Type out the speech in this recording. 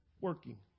working